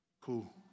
Cool